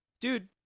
dude